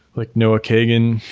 like noah kagan.